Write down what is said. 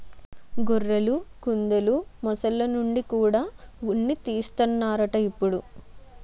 గొర్రెలు, కుందెలు, మొసల్ల నుండి కూడా ఉన్ని తీస్తన్నారట ఇప్పుడు